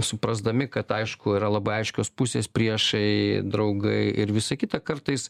suprasdami kad aišku yra labai aiškios pusės priešai draugai ir visa kita kartais